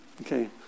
Okay